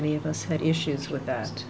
any of us had issues with that